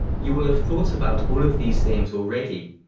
you will have thought about all of these things already.